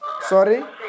Sorry